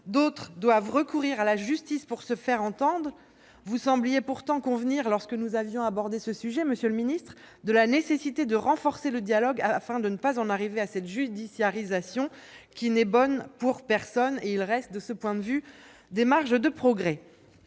D'autres doivent recourir à la justice pour se faire entendre. Vous sembliez pourtant convenir lorsque nous avions abordé le sujet, monsieur le ministre, de la nécessité de renforcer le dialogue, afin de ne pas en arriver à cette judiciarisation, qui n'est bonne pour personne. Sous cet angle, il reste des marges de progrès.